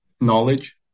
knowledge